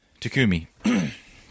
Takumi